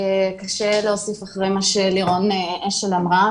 קשה להוסיף אחרי מה שלירון אשל אמרה,